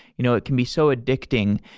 you know it can be so addicting,